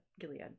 Gilead